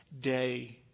day